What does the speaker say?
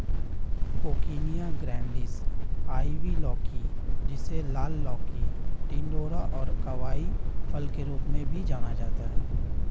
coccinia grandis, ivy लौकी, जिसे लाल लौकी, टिंडोरा और कोवाई फल के रूप में भी जाना जाता है